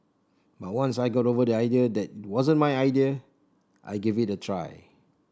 but once I got over the idea that wasn't my idea I give it a try